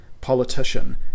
politician